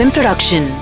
Production